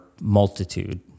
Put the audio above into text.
multitude